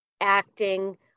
acting